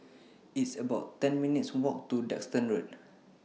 It's about ten minutes' Walk to Duxton Road